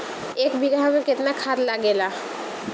एक बिगहा में केतना खाद लागेला?